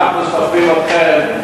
אנחנו סוחבים אתכם,